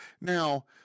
Now